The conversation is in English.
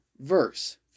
verse